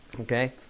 Okay